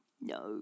No